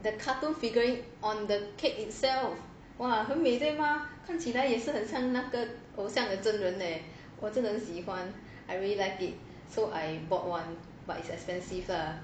the cartoon figuring on the cake itself !wah! 很美对吗看起来也是很像那个偶像的真人 leh 我真的很喜欢 I really liked it so I bought one but it's expensive lah